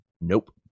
Nope